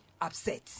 upset